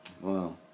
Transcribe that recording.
Wow